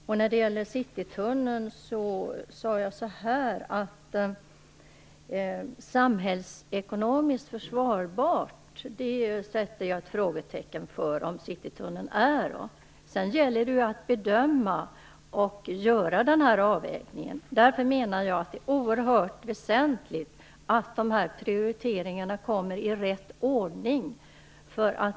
Jag vill sätta ett frågetecken för huruvida Citytunneln är samhällsekonomiskt försvarbar. Det gäller att bedöma detta och göra en avvägning, och jag menar därför att det är oerhört väsentligt att prioriteringarna görs i rätt ordning.